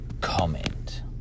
comment